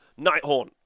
Nighthorn